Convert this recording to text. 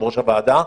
יושב-ראש הוועדה,